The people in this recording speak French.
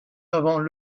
avons